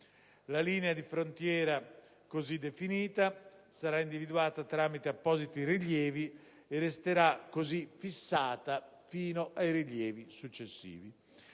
La linea di frontiera così definita sarà individuata tramite appositi rilievi e resterà così fissata fino ai rilievi successivi.